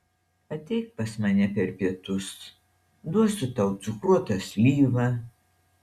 ateik pas mane per pietus duosiu tau cukruotą slyvą